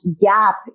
gap